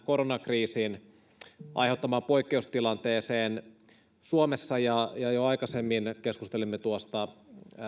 koronakriisin aiheuttamaan poikkeustilanteeseen suomessa jo aikaisemmin keskustelimme tuosta